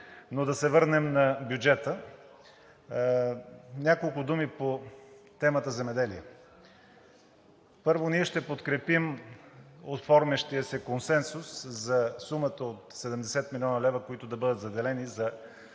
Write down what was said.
Но да се върнем на бюджета. Няколко думи по темата „Земеделие“. Първо, ние ще подкрепим оформящият се консенсус за сумата от 70 млн. лв., които да бъдат заделени за